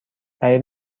برای